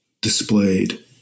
displayed